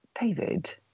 David